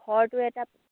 ঘৰটো এটা